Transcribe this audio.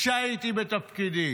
כשהייתי בתפקידי.